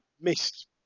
Missed